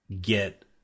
get